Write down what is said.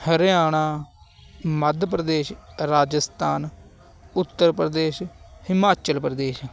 Haryana Madhya Pradesh Rajasthan Uttar Pradesh Himachal Pradesh